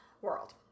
world